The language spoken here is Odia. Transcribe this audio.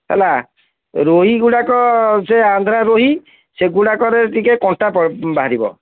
ହେଲା ରୋହିଗୁଡ଼ାକ ସେ ଆନ୍ଧ୍ରା ରୋହି ସେଗୁଡ଼ାକରେ ଟିକେ କଣ୍ଟା ବାହାରିବ